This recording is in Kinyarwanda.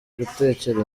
gutekera